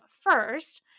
first